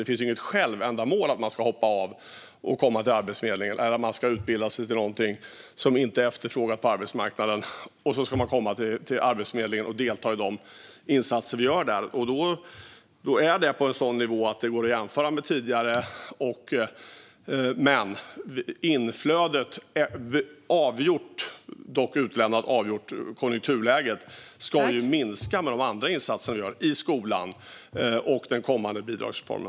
Det finns ju inget självändamål i att hoppa av och komma till Arbetsförmedlingen eller att utbilda sig till något som inte efterfrågas på arbetsmarknaden och sedan delta i Arbetsförmedlingens insatser. Detta ligger på en nivå som går att jämföra med tidigare. Inflödet avgörs av konjunkturläget, men det ska minska i och med de insatser vi gör i skolan och den kommande bidragsreformen.